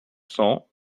cents